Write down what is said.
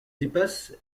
dépasse